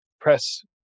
press